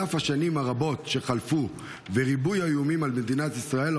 על אף השנים הרבות שחלפו וריבויי האיומים על מדינת ישראל,